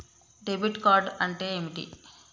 Debit card అంటే ఏంటిది?